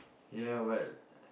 ya but